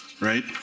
Right